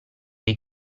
dei